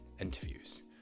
interviews